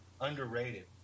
underrated